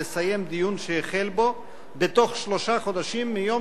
לסיים דיון שהחל בו בתוך שלושה חודשים מיום